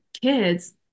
kids